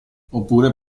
oppure